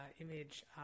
image